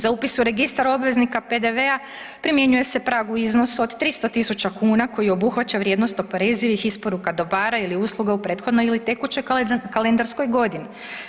Za upis u registar obveznika PDV-a primjenjuje se prag u iznosu od 300.000 kuna koji obuhvaća vrijednost oporezivih isporuka dobara ili usluga u prethodnoj ili tekućoj kalendarskoj godini.